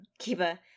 Kiba